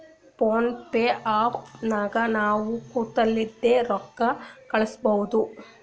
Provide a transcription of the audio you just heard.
phone pay app ನಾಗ್ ನಾವ್ ಕುಂತಲ್ಲಿಂದೆ ರೊಕ್ಕಾ ಕಳುಸ್ಬೋದು